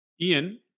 Ian